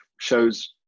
shows